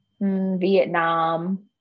Vietnam